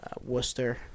Worcester